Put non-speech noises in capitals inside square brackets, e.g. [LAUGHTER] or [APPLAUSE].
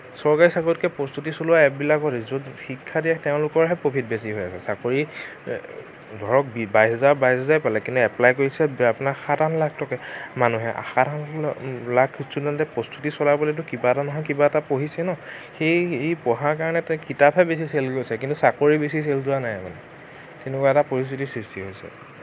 চৰকাৰী চাকৰিতকে প্ৰস্তুতি চলোৱা এপবিলাকত [UNINTELLIGIBLE] য'ত শিক্ষা দিয়া তেওঁলোকৰহে প্ৰফিট বেছি হৈ আছে চাকৰি কৰি ধৰক বাইশ হাজাৰ বাইশ হাজাৰে পালে কিন্তু এপ্লাই কৰিছে আপোনাৰ সাত আঠ লাখ [UNINTELLIGIBLE] মানুহে সাত আঠ [UNINTELLIGIBLE] লাখ [UNINTELLIGIBLE] প্ৰস্তুতি চলাবলৈটো কিবা এটা নহয় কিবা এটা পঢ়িছে ন সেই এই পঢ়াৰ কাৰণে কিতাপহে বেছি চেল গৈছে কিন্তু চাকৰি বেছি চেল যোৱা নাই আকৌ তেনেকুৱা এটা পৰিস্থিতিৰ সৃষ্টি হৈছে